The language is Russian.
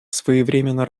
своевременно